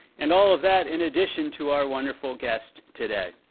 and all ah that in addition to our wonderful guest today.